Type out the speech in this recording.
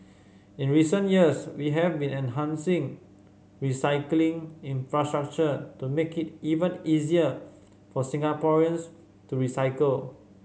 in recent years we have been enhancing recycling infrastructure to make it even easier for Singaporeans to recycle